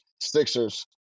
Sixers